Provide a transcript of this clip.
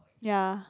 ya